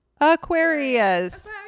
Aquarius